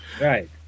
Right